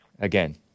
Again